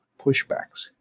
pushbacks